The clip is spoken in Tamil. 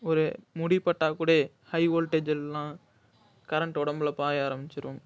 ஒரு முடி பட்டா கூடே ஹை வோல்ட்டேஜிலலாம் கரண்ட் உடம்புல பாய ஆரம்பிச்சிரும்